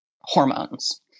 hormones